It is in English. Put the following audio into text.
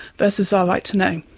versus our right to know.